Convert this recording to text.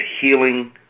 healing